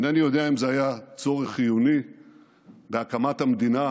אינני יודע אם זה היה צורך חיוני בהקמת המדינה,